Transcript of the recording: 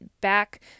back